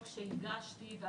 זו